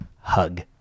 hug